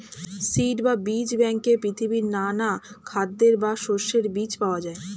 seed বা বীজ ব্যাংকে পৃথিবীর নানা খাদ্যের বা শস্যের বীজ পাওয়া যায়